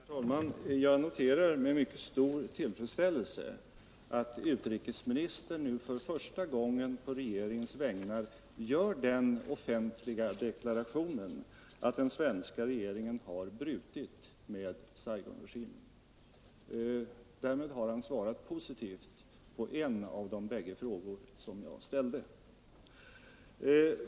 diplomatiska Herr talman! Jag noterar med mycket stor tillfredsställelse att utrikes — förbindelser med ministern nu, för första gången, på regeringens vägnar gör den offentliga — Republiken deklarationen att den svenska regeringen har brutit med Saigonregimen. = Sydvietnam, m.m. Därmed har han svarat positivt på en av de bägge frågor som jag ställde.